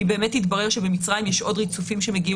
ואם באמת יתברר שבמצרים יש עוד ריצופים שמגיעים